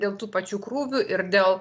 dėl tų pačių krūvių ir dėl